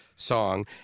Song